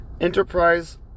Enterprise